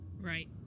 Right